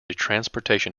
transportation